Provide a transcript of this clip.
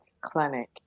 clinic